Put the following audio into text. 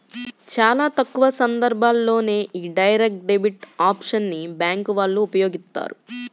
చాలా తక్కువ సందర్భాల్లోనే యీ డైరెక్ట్ డెబిట్ ఆప్షన్ ని బ్యేంకు వాళ్ళు ఉపయోగిత్తారు